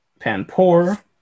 Panpour